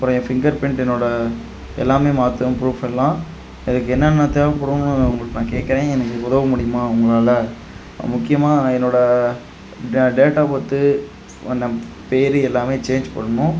அப்புறம் என் fingerprint என்னோடய எல்லாமே மாற்றணும் ப்ரூஃப்பெல்லாம் அதுக்கு என்னென்ன தேவப்படணும் உங்கள்கிட்ட நான் கேட்குறேன் எனக்கு உதவ முடியுமா உங்களால் முக்கியமாக என்னோடய டே டேட் ஆஃப் பர்த்து நம் பேர் எல்லாமே சேஞ்ச் பண்ணணும்